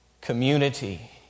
community